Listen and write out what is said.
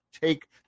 Take